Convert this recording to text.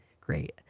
great